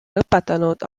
lõpetanud